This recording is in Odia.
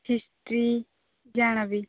ହିଷ୍ଟ୍ରି ଜାଣେବି